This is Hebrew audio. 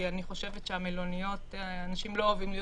כי אני חושבת שאנשים לא אוהבים להיות